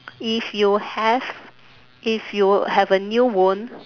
if you have if you have a new wound